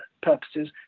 purposes